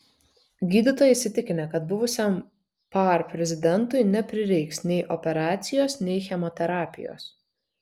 gydytojai įsitikinę kad buvusiam par prezidentui neprireiks nei operacijos nei chemoterapijos